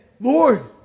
Lord